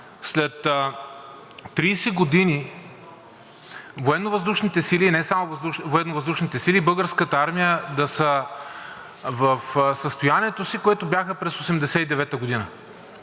след 30 години Военновъздушните сили, и не само Военновъздушните сили, Българската армия да са в състоянието си, в което бяха през 1989 г.